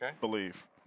believe